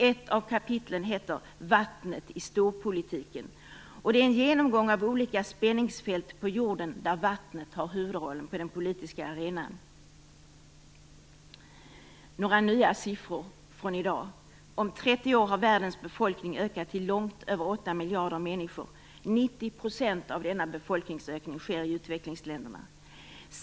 Ett av kapitlen heter Vattnet i storpolitiken. Där finns en genomgång av olika spänningsfält på jorden där vattnet har huvudrollen på den politiska arenan. Här är några nya siffror från i dag: Om 30 år har världens befolkning ökat till långt över 8 miljarder människor. 90 % av denna befolkningsökning sker i utvecklingsländerna.